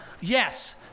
yes